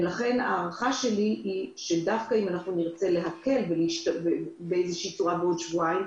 ולכן ההערכה שלי היא שאם נרצה להקל באיזושהי צורה בעוד שבועיים,